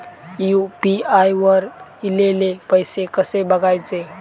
UPI वर ईलेले पैसे कसे बघायचे?